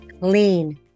Lean